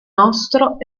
nostro